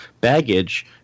baggage